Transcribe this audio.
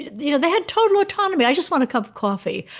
you know, they had total autonomy. i just want a cup of coffee.